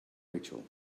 rachel